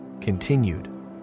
continued